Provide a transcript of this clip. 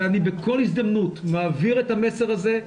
ואני בכל הזדמנות מעביר את המסר הזה,